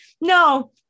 no